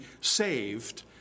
saved